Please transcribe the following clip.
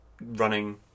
running